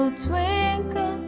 so twinkle,